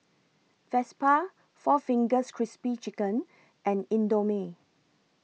Vespa four Fingers Crispy Chicken and Indomie